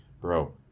bro